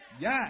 Yes